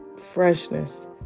freshness